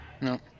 No